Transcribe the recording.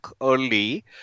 early